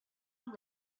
amb